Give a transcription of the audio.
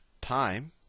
time